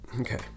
Okay